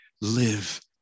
live